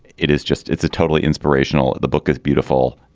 it is just it's a totally inspirational. the book is beautiful.